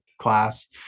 class